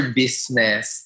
business